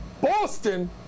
Boston